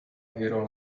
hero